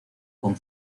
con